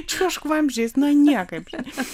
čiuožk vamzdžiais nu niekaip